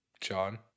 John